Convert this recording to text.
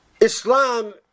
Islam